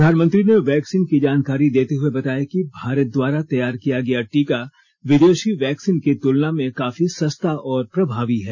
प्रधानमंत्री ने वैक्सीन की जानकारी देते हुए बताया कि भारत द्वारा तैयार किया गया टीका विदेशी वैक्सीन की तुलना में काफी सस्ता और प्रभावी है